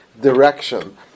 direction